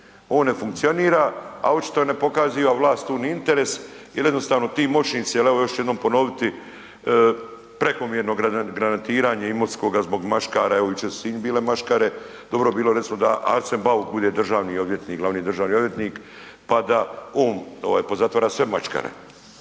On ne funkcionira, a očito ne pokaziva vlast tu ni interes, jer jednostavno ti moćnici al evo još ću jednom ponoviti, prekomjerno granatiranje Imotskoga zbog maškara, evo jučer su u Sinju bile maškare, dobro bi bilo recimo da Arsen Bauk bude državni odvjetnik, glavni državni odvjetnik pa da on ovaj pozatvara sve maškare,